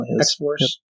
X-Force